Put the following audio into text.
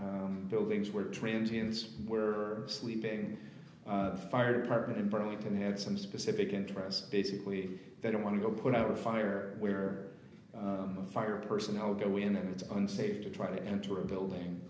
burlington buildings where transients were sleeping the fire department in burlington had some specific interest basically they don't want to go put out a fire where the fire personnel go in and it's unsafe to try to enter a building